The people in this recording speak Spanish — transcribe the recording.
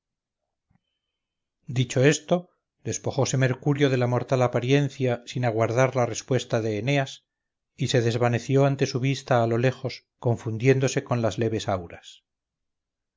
dicho esto despojose mercurio de la mortal apariencia sin aguardar la respuesta de eneas y se desvaneció ante su vista a lo lejos confundiéndose con las leves auras